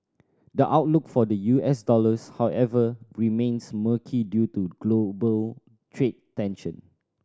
the outlook for the U S dollars however remains murky due to global trade tension